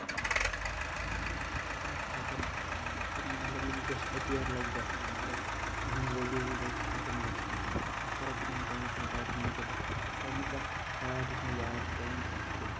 تِم چھِ ہٮ۪کان تِم مطلب یِم ڈِسایپیر لٔج گژھنہِ مطلب یِہُںد ؤجوٗد لوٚگ ختم گژھنہِ أسۍ کَرو تِمن پانٛژن آرٹن مُتعلق کَتھ گۄڈٕنیُک اکھ آرٹ یُس مےٚ یاد چھُ پیوان تتھ چھُ